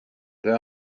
there